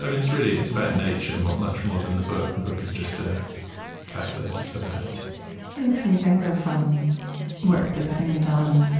um really, it's about nature, much much more than the book. the book is just ah a catalyst for that makes me think of um work that's being done,